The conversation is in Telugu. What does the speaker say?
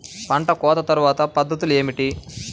పంట కోత తర్వాత పద్ధతులు ఏమిటి?